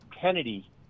Kennedy